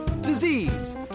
disease